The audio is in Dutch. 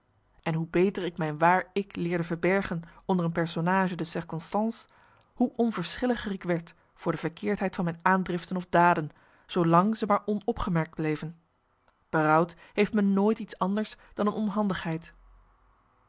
en hoe beter ik mijn waar ik leerde verbergen onder een personnage de circonstance hoe onverschilliger ik werd voor de verkeerdheid van mijn aandriften of daden zoolang ze maar onopgemerkt bleven berouwd heeft me nooit iets anders dan een onhandigheid